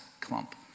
clump